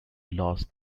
lost